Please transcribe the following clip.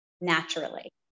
naturally